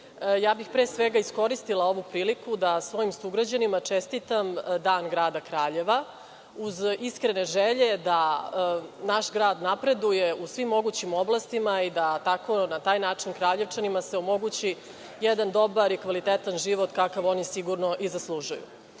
kolege, pre svega bih iskoristila ovu priliku da svojim sugrađanima čestitam Dan grada Kraljeva, uz iskrene želje da naš grad napreduje u svim mogućim oblastima i da se na taj način Kraljevčanima omogući jedan dobar i kvalitetan život, kakav oni sigurno i zaslužuju. Kada